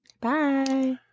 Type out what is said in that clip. Bye